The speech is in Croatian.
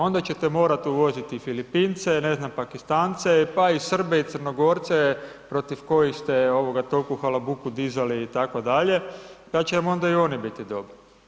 Onda ćete morati uvoziti Filipince, ne znam Pakistance pa i Srbe i Crnogorce protiv kojih ste toliku halabuku dizali itd. pa će vam onda i oni biti dobri.